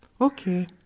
Okay